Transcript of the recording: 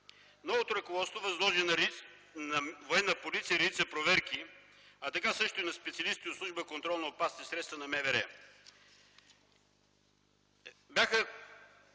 Новото ръководство възложи на Военна полиция редица проверки, а така също и на специалисти от служба „Контрол на общоопасните средства” на МВР. Бяха